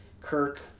Kirk